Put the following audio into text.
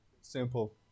Simple